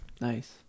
nice